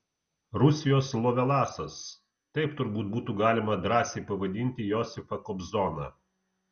rusijos lovelasas taip turbūt būtų galima drąsiai pavadinti josifą kobzoną